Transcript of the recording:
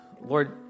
Lord